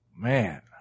Man